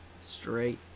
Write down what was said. straight